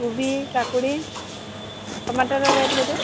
କୋବି କାକୁଡ଼ି ଟମାଟର ରେଟ୍ କେତେ